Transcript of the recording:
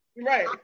Right